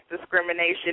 discrimination